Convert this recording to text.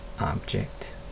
object